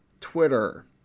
Twitter